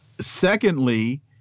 Secondly